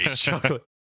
chocolate